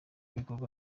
ibikorwa